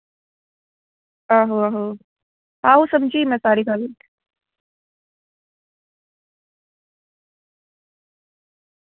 आहो आहो आं में समझी सारी गल्ल